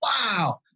wow